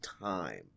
time